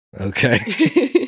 Okay